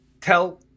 tell